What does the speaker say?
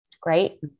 Great